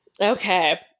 Okay